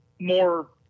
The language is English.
more